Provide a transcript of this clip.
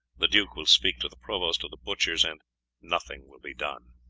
the duke will speak to the provost of the butchers, and nothing will be done.